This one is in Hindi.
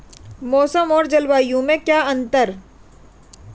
मौसम और जलवायु में क्या अंतर?